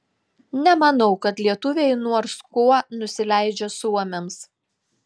nemanau kad lietuviai nors kuo nusileidžia suomiams